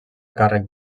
càrrec